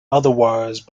otherwise